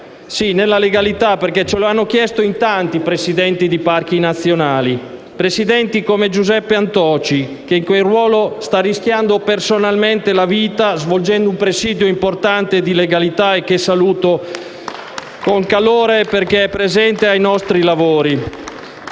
Sì, nella legalità, perché ce lo hanno chiesto in tanti Presidenti di parchi nazionali; presidenti come Giuseppe Antoci, che in quel ruolo sta rischiando personalmente la vita svolgendo un presidio importante di legalità e che saluto con calore, perché è presente ai nostri lavori.